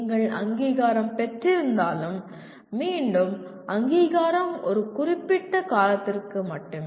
நீங்கள் அங்கீகாரம் பெற்றிருந்தாலும் மீண்டும் அங்கீகாரம் ஒரு குறிப்பிட்ட காலத்திற்கு மட்டுமே